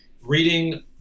reading